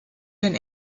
den